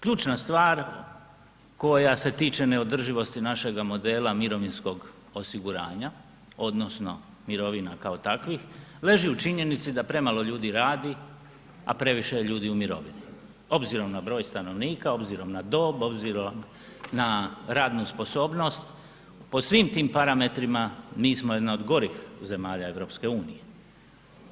Ključna stvar koja se tiče neodrživosti našega modela mirovinskog osiguranja odnosno mirovina kao takvih, leži u činjenici da premalo ljudi radi a previše je ljudi u mirovini obzirom na broj stanovnika, obzirom na dob, obzirom na radnu sposobnost po svim tim parametrima, mi smo jedna od gorih zemalja EU-a.